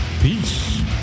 Peace